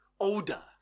odor